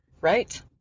right